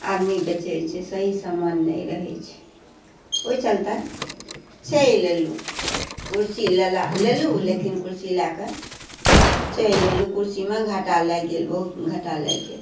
आ नहि बेचै छै सही समान नहि रहै छै ओहि चलते चलि एलहुँ कुर्सी लेलहुँ लेकिन कुर्सी लए कऽ चलि एलहुँ कुर्सीमे घाटा लागि गेल बहुत घाटा लागि गेल